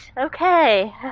Okay